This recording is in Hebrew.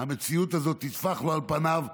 המציאות הזאת תטפח לו על פניו,